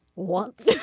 once.